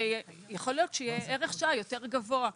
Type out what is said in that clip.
יכול להיות שיהיה ערך שעה יותר גבוה,